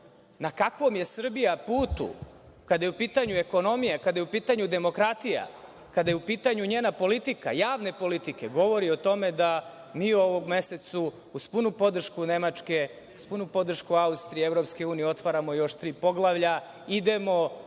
na kakvom je Srbija putu kada je u pitanju ekonomija, kada je u pitanju demokratija, kada je u pitanju njena politika, javne politike, govori o tome da mi u ovom mesecu, uz punu podršku Nemačke, uz punu podršku Austrije, EU otvaramo još tri poglavlja. Idemo